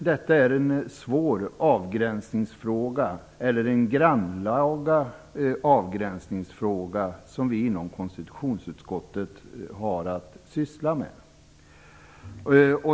Detta är en svår och grannlaga avgränsningsfråga som vi inom konstitutionsutskottet har att syssla med.